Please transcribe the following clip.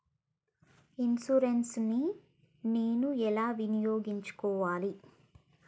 Insurance ని నేను ఎలా వినియోగించుకోవాలి?